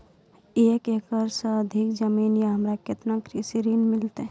एक एकरऽ से अधिक जमीन या हमरा केतना कृषि ऋण मिलते?